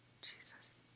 Jesus